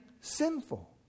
sinful